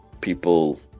people